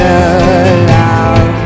aloud